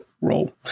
role